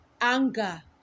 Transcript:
anger